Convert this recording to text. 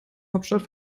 hauptstadt